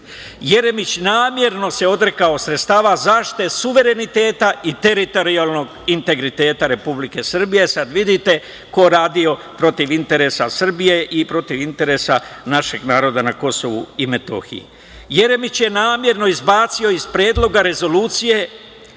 Jeremić se namerno odrekao sredstava zaštite suvereniteta i teritorijalnog integriteta Republike Srbije. Sad vidite ko je radio protiv interesa Srbije i protiv interesa našeg naroda na Kosovu i Metohiji. Jeremić je namerno izbacio iz Predloga rezolucije